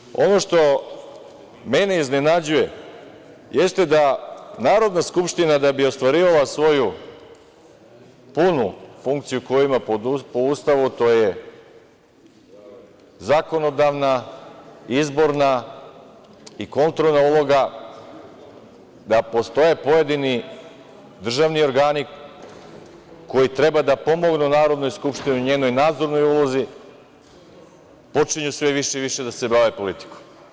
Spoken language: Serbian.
Međutim, ono što mene iznenađuje jeste da Narodna skupština da bi ostvarivala svoju punu funkciju koju ima po Ustavu, zakonodavna, izborna i kontrolna uloga, da postoje pojedini državni organi koji treba da pomognu Narodnoj skupštini u njenoj nadzornoj ulozi, počinju sve više i više da se bave politikom.